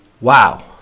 Wow